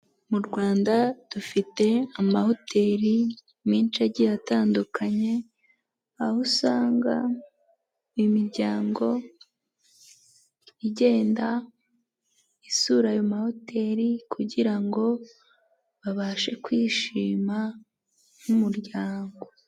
Mu Rwanda dufite amahoteli menshi agiye atandukanye, aho usanga imiryango igenda isura ayo mahoteli, kugira ngo babashe kwishima nk'umuryango.